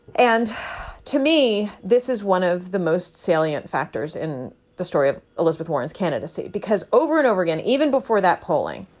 and to me, this is one of the most salient factors in the story of elizabeth warren's candidacy, because over and over again, even before that polling,